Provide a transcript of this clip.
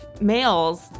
males